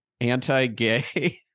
anti-gay